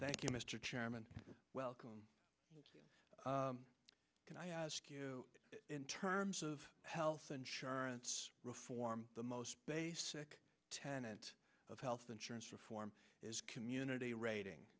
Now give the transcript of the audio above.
thank you mr chairman welcome can i ask you in terms of health insurance reform the most basic tenet of health insurance reform is community rating